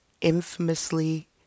infamously